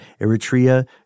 Eritrea